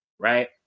Right